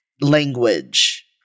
language